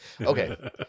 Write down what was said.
Okay